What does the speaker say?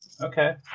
Okay